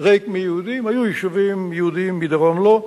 ריק מיהודים, היו יישובים יהודיים מדרום לו,